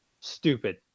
stupid